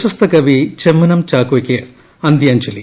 പ്രശസ്ത കവി ചെമ്മനം ചാക്കോയ്ക്ക് അന്ത്യാഞ്ജലി